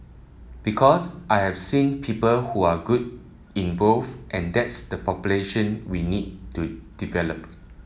because I've seen people who are good in both and that's the population we need to develop